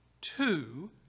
two